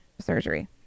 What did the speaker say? surgery